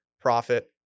profit